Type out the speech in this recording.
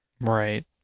Right